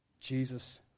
Jesus